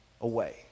away